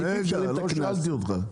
יש כללים.